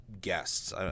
guests